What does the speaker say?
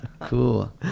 Cool